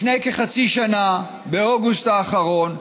לפני כחצי שנה, באוגוסט האחרון,